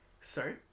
Sorry